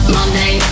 Monday